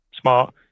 smart